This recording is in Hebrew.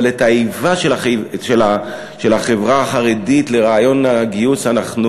אבל את האיבה של החברה החרדית לרעיון הגיוס אנחנו